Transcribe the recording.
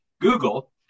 Google